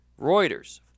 Reuters